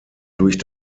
durch